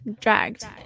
dragged